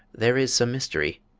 there is some mystery!